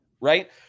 right